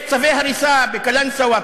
יש צווי הריסה בקלנסואה,